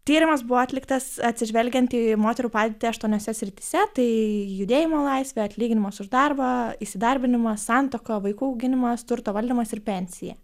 tyrimas buvo atliktas atsižvelgiant į moterų padėtį aštuoniose srityse tai judėjimo laisvė atlyginimas už darbą įsidarbinimas santuoka vaikų auginimas turto valdymas ir pensija